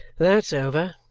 that's over!